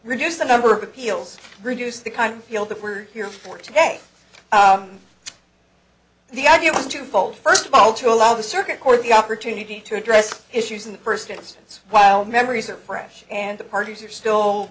reduce the number of appeals reduced the kind of feel that we're here for today the idea was twofold first of all to allow the circuit court the opportunity to address issues in the first instance while memories are fresh and the parties are still